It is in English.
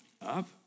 up